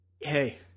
hey